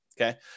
okay